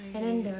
ookay